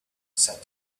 said